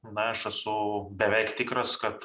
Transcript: na aš esu beveik tikras kad